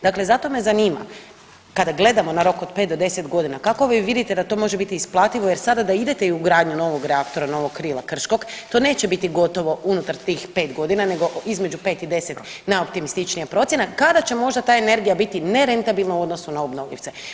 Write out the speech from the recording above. Dakle zato me zanima kada gledamo na rok od pet do deset godina kako vi vidite da to može biti isplativo, jer sada da idete u gradnju novog reaktora, novog krila Krškog to neće biti gotovo unutar tih pet godina, nego između pet i deset najoptimističnija procjena kada će možda ta energija biti nerentabilna u odnosu na obnovljivce.